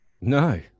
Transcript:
No